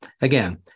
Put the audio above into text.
again